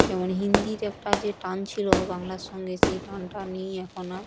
যেমন হিন্দির একটা যে টান ছিল বাংলার সঙ্গে সেই টানটা নেই এখন আর